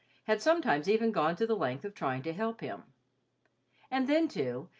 had sometimes even gone to the length of trying to help him and, then too,